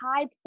high